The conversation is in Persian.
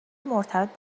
مرتبط